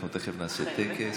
אנחנו תכף נעשה טקס.